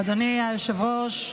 אדוני היושב-ראש,